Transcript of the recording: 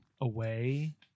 away